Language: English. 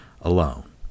alone